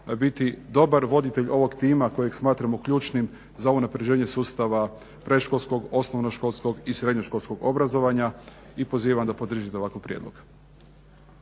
biti dobar voditelj ovog tima kojeg smatramo ključnim za unapređenje sustava predškolskog, osnovnoškolskog i srednjoškolskog obrazovanja i pozivam da podržite ovakav prijedlog.